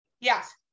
yes